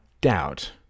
doubt